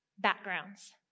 backgrounds